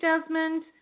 Desmond